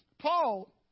Paul